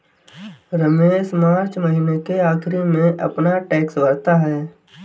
Ramesh March महीने के आखिरी में अपना टैक्स भरता है